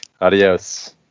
Adios